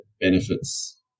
benefits